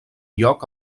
lloc